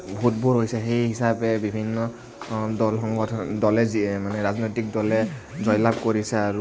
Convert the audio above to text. ভোটবোৰ হৈছে সেই হিচাপে বিভিন্ন দল সংগঠন দলে যি ৰাজনৈতিক দলে জয়লাভ কৰিছে আৰু